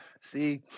See